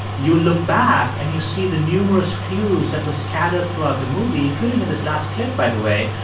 you look back, and you see the numerous clues that were scattered throughout the movie, including in this last clip, by the way,